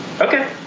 okay